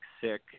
sick